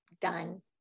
done